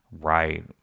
right